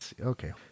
Okay